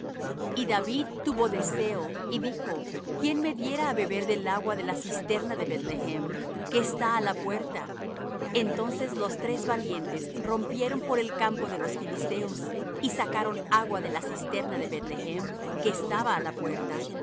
y david tuvo deseo y dijo quién me diera á beber del agua de la cisterna de beth-lehem que está á la puerta entonces los tres valientes rompieron por el campo de los filisteos y sacaron agua de la cisterna de beth-lehem que estaba á la puerta